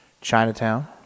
Chinatown